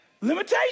limitations